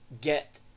get